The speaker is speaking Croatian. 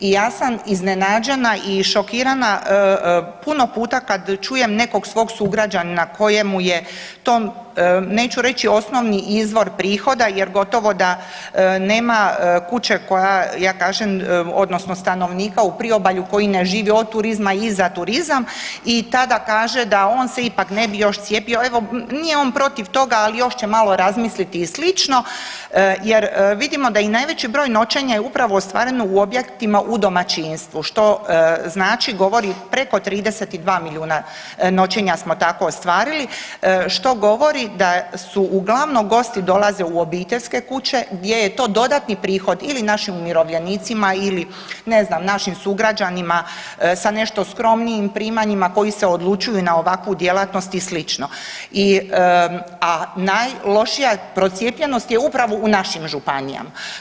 I ja sam iznenađena i šokirana, puno puta kad čujem nekog svog sugrađanina koji mu je to, neću reći osnovni izvor prihoda jer gotovo da nema kuće koja, ja kažem, odnosno stanovnika u priobalju koji ne živi od turizma i za turizam i tada kaže da on se ipak ne bi još cijepio, evo, nije on protiv toga, ali još će malo razmisliti i slično jer vidimo da i najveći broj noćenja je upravo ostvareno u objektima u domaćinstvu, što znači, govori preko 32 milijuna noćenja smo tako ostvarili, što govori da su uglavnom gosti dolaze u obiteljske kuće gdje je to dodatni prihod ili našim umirovljenicima ili ne znam, našim sugrađanima sa nešto skromnijim primanjima koji se odlučuju i na ovakvu djelatnost i slično i, a najlošija procijepljenost je upravo u našim županijama.